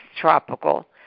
tropical